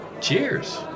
Cheers